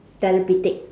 therapeutic